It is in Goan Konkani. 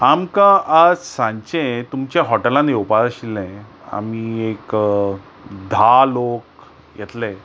आमकां आज सांजचें तुमच्या हॉटेलांत येवपाचें आशिल्लें आमी एक धा लोक येतले